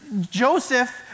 Joseph